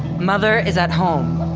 mother is at home.